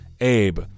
Abe